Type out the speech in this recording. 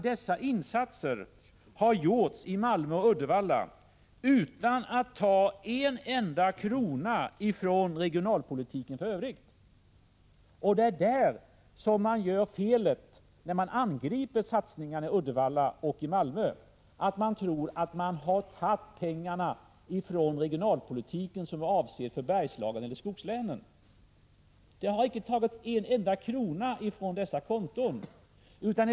Dessa insatser i Malmö och Uddevalla har gjorts utan att vi tagit en enda krona från regionalpolitiken i övrigt. När man angriper satsningarna i Uddevalla och Malmö gör man det felet att man tror att pengar har tagits ifrån regionalpolitiska medel som varit avsedda för Bergslagen eller skogslänen. Men det har inte tagits en enda krona från dessa konton.